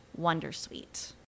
Wondersuite